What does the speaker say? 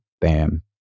bam